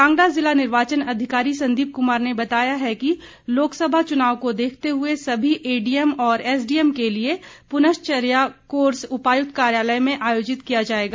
कांगड़ा ज़िला निर्वाचन अधिकारी संदीप कुमार ने बताया है कि लोकसभा चुनाव को देखते हुए सभी एडीएम और एसडीएम के लिए पुनश्चर्या कोर्स उपायुक्त कार्यालय में आयोजित किया जाएगा